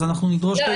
אז אנחנו נדרוש --- לא,